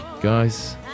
guys